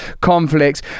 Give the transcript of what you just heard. conflicts